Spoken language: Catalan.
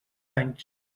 anys